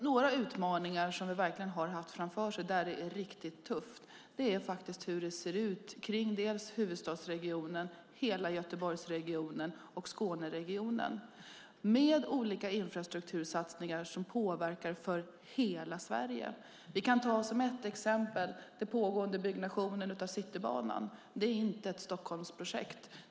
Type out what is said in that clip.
Några utmaningar som vi har haft framför oss och där det är riktigt tufft är hur det ser ut kring huvudstadsregionen, hela Göteborgsregionen och Skåneregionen med olika infrastruktursatsningar som påverkar hela Sverige. Ett exempel är den pågående byggnationen av Citybanan. Det är inte ett Stockholmsprojekt.